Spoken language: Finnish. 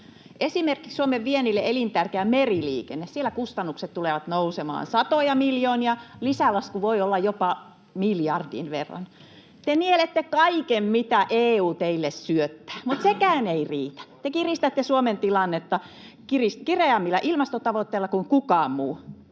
Esimerkiksi Suomen viennille elintärkeä meriliikenne: Siellä kustannukset tulevat nousemaan satoja miljoonia. Lisälasku voi olla jopa miljardin verran. Te nielette kaiken, mitä EU teille syöttää, mutta sekään ei riitä. Te kiristätte Suomen tilannetta kireämmillä ilmastotavoitteilla kuin kenelläkään